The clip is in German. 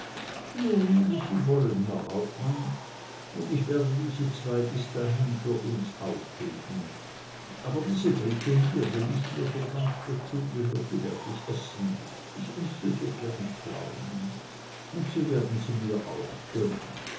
nun wie sie wollen herr hauptmann und ich werde diese zwei bis dahin für uns aufheben aber diese dritte hier die nicht mehr so ganz dazu gehört die werd ich essen ich esse so gern pflaumen und sie werden sie mir auch gönnen